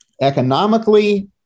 economically